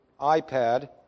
iPad